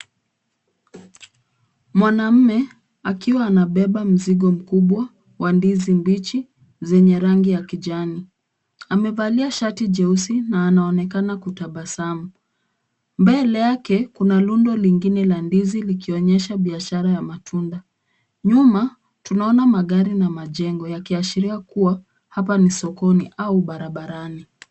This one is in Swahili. Mwanamume akiwa anabeba mzigo mkubwa wa ndizi mbichi zenye rangi ya kijani. Amevalia shati jeusi na anaonekana kutabasamu. Mbele yake, kuna rundo lingine la ndizi likionyesha biashara ya matunda. Nyuma, tunaona magari na majengo yakiashiria kuwa hapa ni sokoni au barabarani.